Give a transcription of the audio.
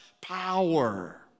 power